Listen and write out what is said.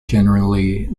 generally